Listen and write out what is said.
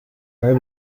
台北